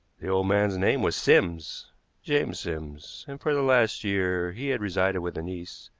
the old man's name was sims james sims and for the last year he had resided with a niece,